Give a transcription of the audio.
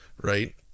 right